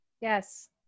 Yes